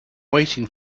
waiting